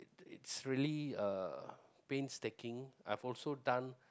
it it's really uh painstaking I've also done